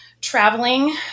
traveling